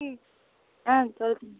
ம் ஆ சொல் தம்பி